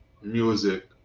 music